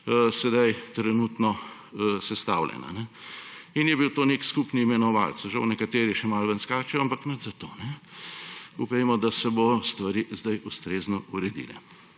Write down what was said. sedaj trenutno sestavljena. In je bil to nek skupni imenovalec. Žal nekateri še malo ven skačejo, ampak nič zato. Upajmo, da se bojo stvari zdaj ustrezno uredile.